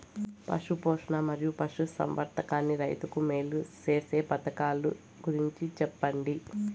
పశు పోషణ మరియు పశు సంవర్థకానికి రైతుకు మేలు సేసే పథకాలు గురించి చెప్పండి?